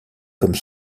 comme